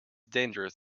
dangerous